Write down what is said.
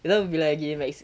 you know it will be like like